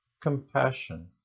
compassion